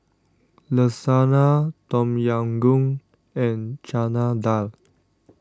Lasagna Tom Yam Goong and Chana Dal